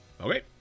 Okay